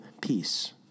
peace